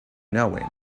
knowing